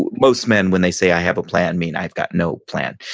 most men when they say, i have a plan, mean i've got no plan.